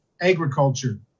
agriculture